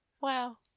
wow